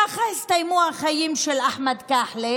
ככה הסתיימו החיים של אחמד כחלה,